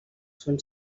són